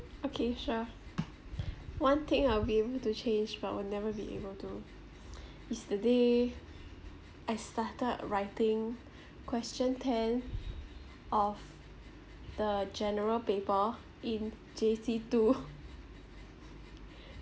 okay sure one thing I'll be able to change but will never be able to is the day I started writing question ten of the general paper in J_C two